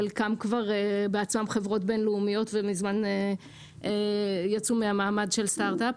חלקם כבר בעצמם חברות בין-לאומיות ומזמן יצאו מהמעמד של סטארט-אפ.